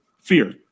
fear